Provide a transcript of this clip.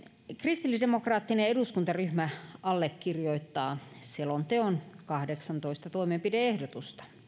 kristillisdemokraattinen eduskuntaryhmä allekirjoittaa selonteon kahdeksantoista toimenpide ehdotusta